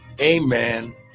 amen